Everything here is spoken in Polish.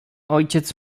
ojciec